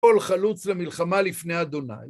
כל חלוץ למלחמה לפני אדוני.